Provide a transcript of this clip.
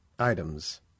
Items